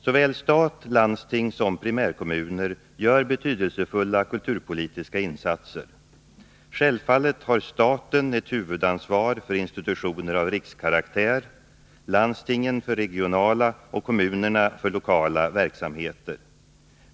Såväl stat, landsting som primärkommuner gör betydelsefulla kulturpolitiska insatser. Självfallet har staten ett huvudansvar för institutioner av rikskaraktär, landstingen för regionala och kommunerna för lokala verksamheter.